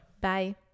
Bye